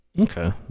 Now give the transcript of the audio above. Okay